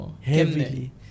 Heavily